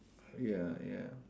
ya ya